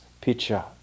picture